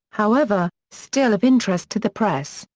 however, still of interest to the press,